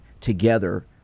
together